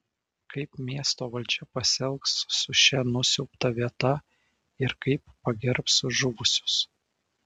kaip miesto valdžia pasielgs su šia nusiaubta vieta ir kaip pagerbs žuvusius